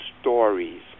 stories